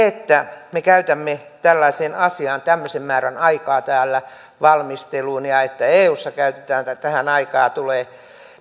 että me käytämme tällaisen asian valmisteluun tämmöisen määrän aikaa täällä ja että eussa käytetään tähän aikaa tulee